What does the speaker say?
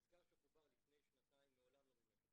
המזכר שחובר לפני שנתיים מעולם לא מימש את